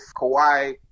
Kawhi